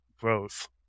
growth